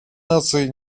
наций